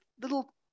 little